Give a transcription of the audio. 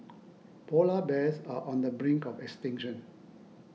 Polar Bears are on the brink of extinction